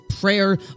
prayer